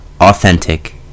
authentic